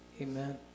Amen